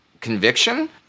conviction